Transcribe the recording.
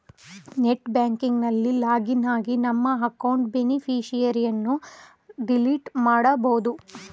net banking ನಲ್ಲಿ login ಆಗಿ ನಮ್ಮ ಅಕೌಂಟ್ ಬೇನಿಫಿಷರಿಯನ್ನು ಡಿಲೀಟ್ ಮಾಡಬೋದು